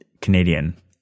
canadian